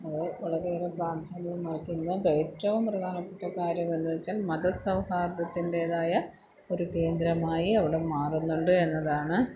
അത് വളരെയേറെ പ്രധാന്യമർഹിക്കുന്നു ഏറ്റവും പ്രധാനപ്പെട്ട കാര്യമെന്ന് വെച്ചാൽ മതസൗഹാർദ്ദത്തിൻറ്റേതായ ഒര് കേന്ദ്രമായി അവിടം മാറുന്നുണ്ട് എന്നതാണ്